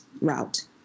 route